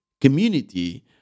community